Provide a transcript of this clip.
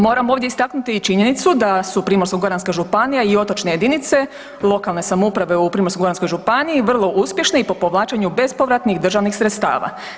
Moramo ovdje istaknuti i činjenicu da su Primorsko-goranska županija i otočne jedinice lokalne samouprave u Primorsko-goranskoj županiji vrlo uspješne i po povlačenju bespovratnih državnih sredstava.